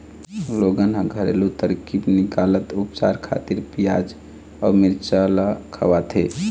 लोगन ह घरेलू तरकीब निकालत उपचार खातिर पियाज अउ मिरचा ल खवाथे